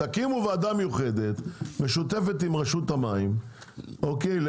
תקימו וועדה מיוחדת משותפת עם רשות המים ואתם,